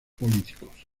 políticos